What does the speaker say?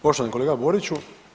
Poštovani kolega Boriću.